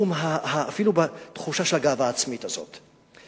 אפילו בתחושה של הגאווה העצמית הזאת.